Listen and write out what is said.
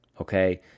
okay